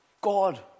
God